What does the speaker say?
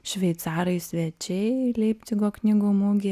šveicarai svečiai leipcigo knygų mugė